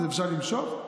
אפשר למשוך,